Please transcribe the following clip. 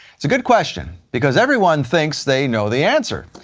it's a good question, because everyone thinks they know the answer.